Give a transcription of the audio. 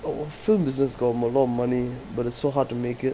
oh film business got a lot of money but it's so hard to make it